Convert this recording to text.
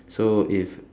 so if